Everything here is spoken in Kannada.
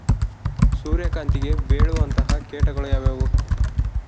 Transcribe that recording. ಸೂರ್ಯಕಾಂತಿಗೆ ಬೇಳುವಂತಹ ಕೇಟಗಳು ಯಾವ್ಯಾವು?